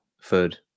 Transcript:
food